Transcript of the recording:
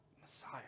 Messiah